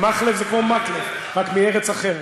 מכלב זה כמו מקלב, רק מארץ אחרת.